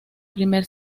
primer